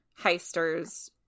heisters